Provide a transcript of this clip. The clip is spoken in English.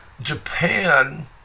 Japan